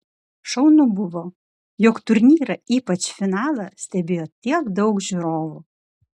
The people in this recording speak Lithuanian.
šaunu buvo jog turnyrą ypač finalą stebėjo tiek daug žiūrovų